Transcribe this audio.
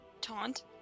taunt